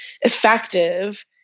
effective